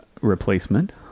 replacement